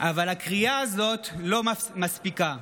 אבל הקריאה הזאת לא מספיקה.